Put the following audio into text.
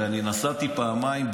הרי אני נסעתי פעמיים,